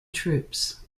troops